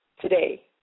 today